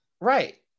Right